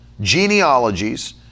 genealogies